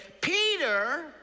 Peter